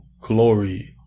glory